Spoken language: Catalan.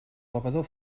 bevedor